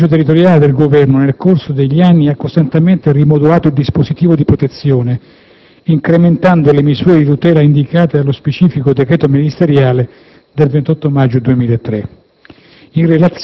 Detto ufficio territoriale del Governo, nel corso degli anni, ha costantemente rimodulato il dispositivo di protezione, incrementando le misure di tutela indicate nello specifico decreto ministeriale del 28 maggio 2003,